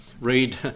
Read